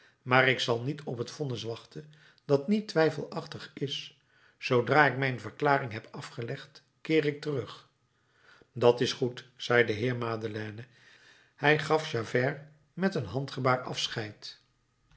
maar ik zal niet op t vonnis wachten dat niet twijfelachtig is zoodra ik mijn verklaring heb afgelegd keer ik terug dat is goed zei de heer madeleine hij gaf javert met een handgebaar afscheid